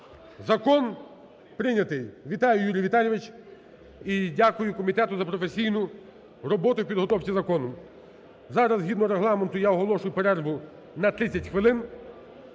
Закон прийнятий. Вітаю, Юрій Віталійович! І дякую комітету за професійну роботу в підготовці закону. Зараз згідно Регламенту я оголошую перерву на 30 хвилин.